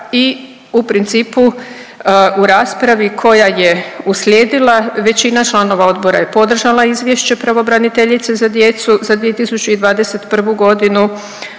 i u principu u raspravi koja je uslijedila većina članova Odbora je podržala Izvješće pravobraniteljice za djecu za 2021. godinu.